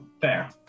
fair